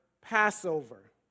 Passover